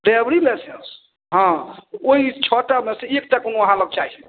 ड्राइवरी licence हँ ओहि छओ टामेसे एकटा कोनो अहाँ लग चाही